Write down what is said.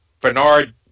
Bernard